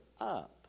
up